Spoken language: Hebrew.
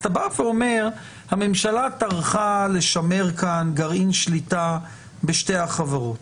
אז אתה בא ואומר שהממשלה טרחה לשמר כאן גרעין שליטה בשתי החברות.